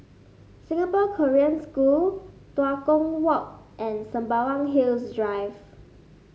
Singapore Korean School Tua Kong Walk and Sembawang Hills Drive